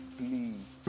please